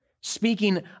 Speaking